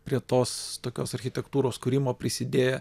prie tos tokios architektūros kūrimo prisidėję